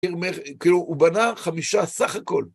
כאילו, הוא בנה חמישה, סך הכול.